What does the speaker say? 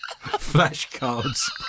Flashcards